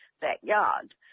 backyard